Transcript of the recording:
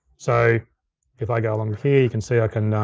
so if i go along here, you can see i can,